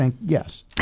Yes